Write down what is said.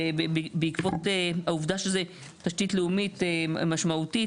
בעקבות העובדה שזו תשתית לאומית משמעותית,